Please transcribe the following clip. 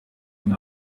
muri